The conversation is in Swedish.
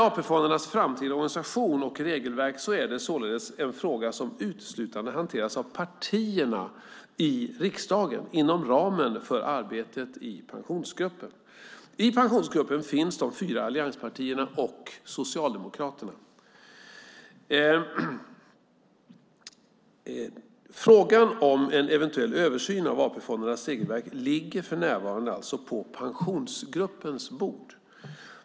AP-fondernas framtida organisation och regelverk är således en fråga som uteslutande hanteras av partierna i riksdagen inom ramen för arbetet i Pensionsgruppen. I Pensionsgruppen finns de fyra allianspartierna och Socialdemokraterna representerade. Frågan om en eventuell översyn av AP-fondernas regelverk ligger för närvarande på Pensionsgruppens bord.